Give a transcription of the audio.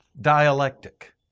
dialectic